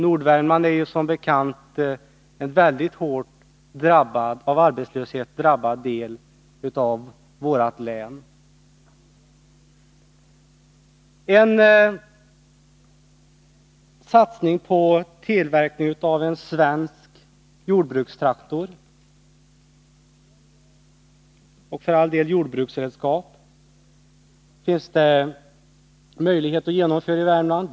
Nordvärmland är som bekant en av arbetslöshet mycket hårt drabbad del av vårt län. En satsning på tillverkning av en svensk jordbrukstraktor — för all del också på tillverkning av jordbruksredskap — finns det möjlighet att genomföra i Värmland.